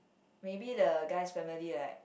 maybe the guy's family right